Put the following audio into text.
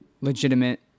legitimate